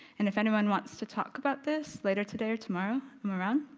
and if anyone want to talk about this later today or tomorrow, i'm around.